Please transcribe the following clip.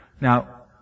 Now